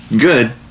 good